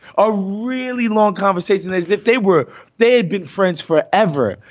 a really long conversation, as if they were they had been friends for ever.